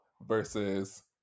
versus